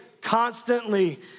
constantly